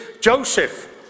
Joseph